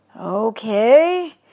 okay